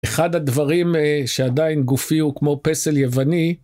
אחד הדברים שעדיין גופי הוא כמו פסל יווני...